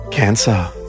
Cancer